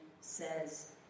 says